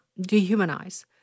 dehumanize